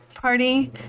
party